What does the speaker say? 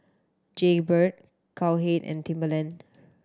Jaybird Cowhead and Timberland